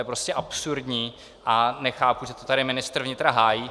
To je prostě absurdní a nechápu, že to tady ministr vnitra hájí.